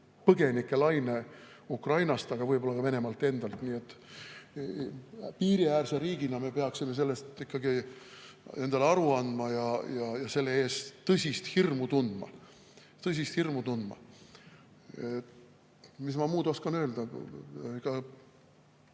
põgenikelaine Ukrainast, aga võib-olla ka Venemaalt endalt. Nii et piiriäärse riigina me peaksime sellest ikkagi endale aru andma ja selle ees tõsist hirmu tundma. Tõsist hirmu tundma! Mis ma muud oskan öelda?